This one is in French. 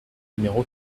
numéro